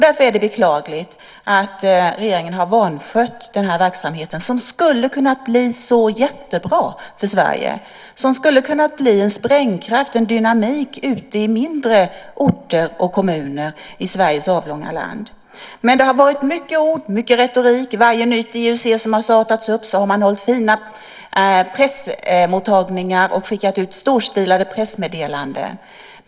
Därför är det beklagligt att regeringen har vanskött den här verksamheten, som hade kunnat bli så jättebra för Sverige. Den hade kunnat leda till en sprängkraft, en dynamik, ute i mindre orter och kommuner i vårt avlånga land. Men det har varit mycket ord, mycket retorik. För varje nytt IUC som har startats upp har man hållit fina pressmottagningar och skickat ut storstilade pressmeddelanden.